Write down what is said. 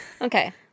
Okay